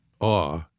awe